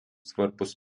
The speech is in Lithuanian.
svarbus